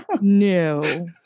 No